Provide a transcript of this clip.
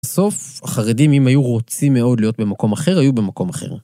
בסוף החרדים אם היו רוצים מאוד להיות במקום אחר, היו במקום אחר.